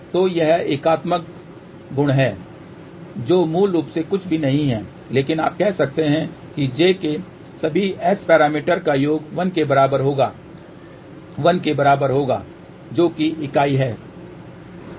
तो यह एकात्मक गुण है जो मूल रूप से कुछ भी नहीं है लेकिन आप कह सकते हैं कि j के सभी S पैरामीटर्स का योग 1 के बराबर होगा 1 के बराबर होगा जो कि इकाई है